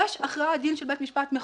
יש הכרעת דין של בית משפט מחוזי,